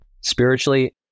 spiritually